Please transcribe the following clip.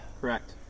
Correct